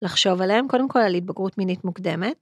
לחשוב עליהם קודם כל על התבגרות מינית מוקדמת.